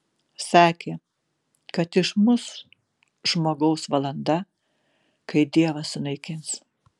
sakė kad išmuš žmogaus valanda kai dievas sunaikins